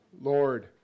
Lord